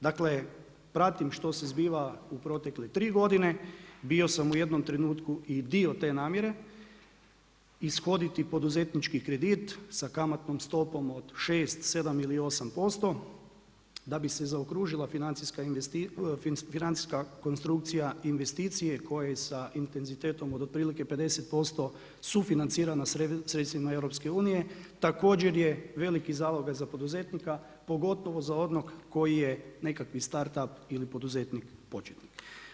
Dakle, pratim što se zbiva u protekle 3 godine, bio sam u jednom trenutku i dio te namjere, ishoditi poduzetnički kredit, sa kamatnom stopom od 6, 7 i ili 8%, da bi se zaokružila financijska konstrukcija investicije koje sa intenzitetom od otprilike 50% su financirana sredstvima EU također je veliki zalogaj za poduzetnika pogotovo za onog koji je nekakav start up ili poduzetnik početnik.